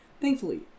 thankfully